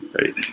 right